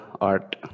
art